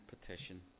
petition